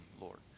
Lord